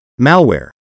malware